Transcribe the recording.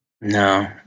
No